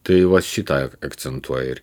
tai va šitą akcentuoja ir